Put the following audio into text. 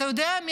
אתה יודע,